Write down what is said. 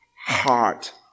heart